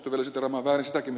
siis ed